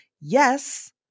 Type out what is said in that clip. Yes